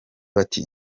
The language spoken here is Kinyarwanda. bati